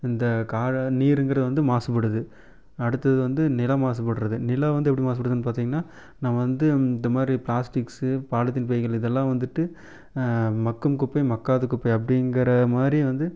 இந்த கா நீருங்கிறது வந்து மாசுபடுது அடுத்தது வந்து நிலம் மாசுபடுறது நிலம் வந்து எப்படி மாசுபடுதுன்னு பார்த்தீங்கனா நம்ம வந்து இந்த மாரி பிளாஸ்டிக்ஸு பாலித்தீன் பைகள் இதெலாம் வந்துவிட்டு மக்கும் குப்பை மக்காத குப்பை அப்படிங்குறமாரி வந்து